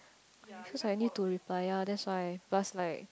cause I need to reply ya that's why plus like